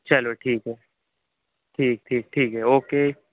चलो ठीक है ठीक ठीक ठीक है ओके